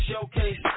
Showcase